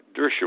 Dershowitz